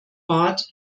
bad